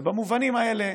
במובנים האלה